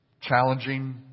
Challenging